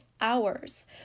hours